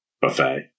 buffet